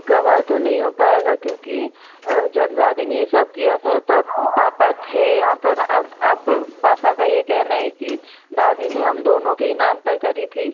गवाह तो नहीं हो पाएगा क्योंकि जब दादी ने ये सब किया था तब पापा थे यहाँ पर और अब पापा का ये कहना है कि दादी ने हम दोनों के ही नाम पर करी थी